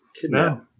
kidnap